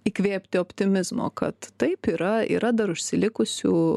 įkvėpti optimizmo kad taip yra yra dar užsilikusių